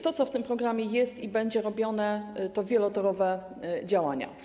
To, co w tym programie jest i będzie robione, to wielotorowe działania.